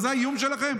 זה האיום שלכם?